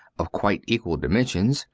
of quite equal dimensions,